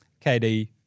KD